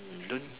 don't